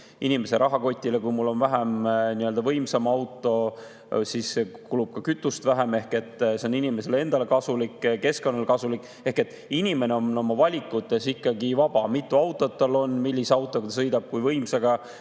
inimese rahakotile. Kui mul on vähem võimas auto, siis kulub ka kütust vähem, ehk see on inimesele endale kasulik ja keskkonnale kasulik. Inimene on vaba valima, kui mitu autot tal on, millise autoga ta sõidab, kui võimsaga,